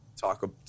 talk